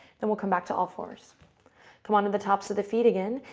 then we'll come back to all-fours. come on to the tops of the feet again.